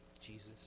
Jesus